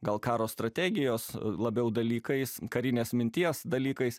gal karo strategijos labiau dalykais karinės minties dalykais